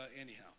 Anyhow